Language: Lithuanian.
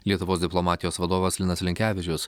lietuvos diplomatijos vadovas linas linkevičius